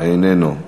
איננו.